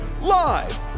Live